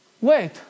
wait